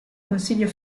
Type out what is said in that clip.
consiglio